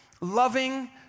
loving